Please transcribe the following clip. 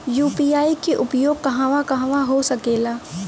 UPI के उपयोग कहवा कहवा हो सकेला?